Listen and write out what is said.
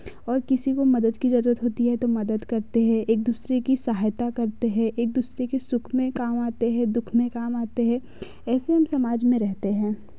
और किसी को मदद की ज़रूरत होती है तो मदद करते हैं एक दूसरे की साहायता करते हैं एक दूसरे की सुख में काम आते हैं दुख में काम आते हैं ऐसे हम समाज में रहते हैं